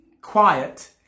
quiet